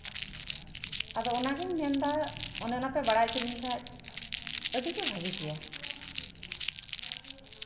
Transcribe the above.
ᱟᱫᱚ ᱚᱱᱟᱜᱤᱧ ᱢᱮᱱᱫᱟ ᱚᱱᱮ ᱚᱱᱟ ᱯᱮ ᱵᱟᱲᱟᱭ ᱦᱚᱪᱚᱧ ᱠᱷᱟᱡ ᱟᱹᱰᱤᱜᱮ ᱵᱷᱟᱹᱜᱤ ᱠᱚᱜᱼᱟ